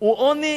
הוא עוני